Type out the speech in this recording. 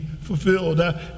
fulfilled